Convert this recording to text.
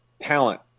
talent